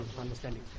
understanding